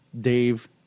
Dave